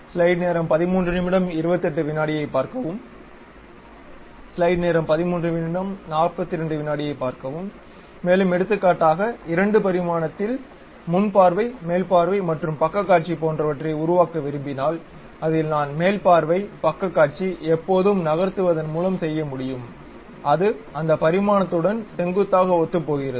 ஐப் பார்க்கவும் மேலும் எடுத்துக்காட்டாக 2 பரிமாணத்தில் முன் பார்வை மேல் பார்வை மற்றும் பக்ககாட்சி போன்றவற்றை உருவாக்க விரும்பினால் அதில் நான் மேல் பார்வை பக்கக் காட்சி எப்போதும் நகர்த்துவதன் மூலம் செய்ய முடியும் அது அந்த பரிமாணத்துடன் செங்குத்தாக ஒத்துப்போகிறது